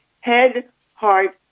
head-heart